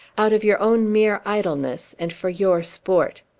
out of your own mere idleness, and for your sport.